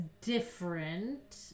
different